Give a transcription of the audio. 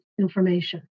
information